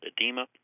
edema